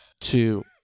two